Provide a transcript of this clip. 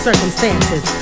circumstances